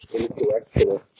intellectual